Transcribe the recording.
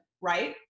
right